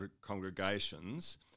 congregations